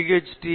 ஹ்ச்டீ Ph